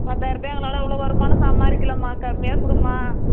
பத்தாயிர ரூபா எங்களால் இவ்வளோ வருமானம் சம்பாதிக்கலமா கம்மியாக கொடும்மா